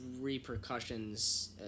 repercussions